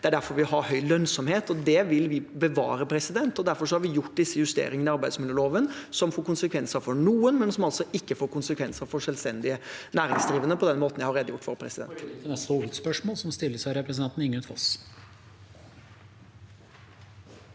det er derfor vi har høy lønnsomhet. Det vil vi bevare. Derfor har vi gjort disse justeringene i arbeidsmiljøloven, som får konsekvenser for noen, men som altså ikke får konsekvenser for selvstendig næringsdrivende, på den måten jeg har redegjort for. Presidenten